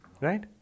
Right